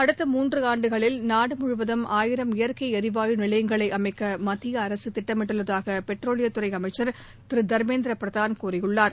அடுத்த மூன்றாண்டுகளில் நாடு முழுவதும் ஆயிரம் இயற்கை எரிவாயு நிலையங்களை அமைக்க மத்திய அரசு திட்டமிட்டுள்ளதாக பெட்ரோலியத்துறை அமைச்சர் திரு தர்மேந்திர பிரதாள் கூறியுள்ளார்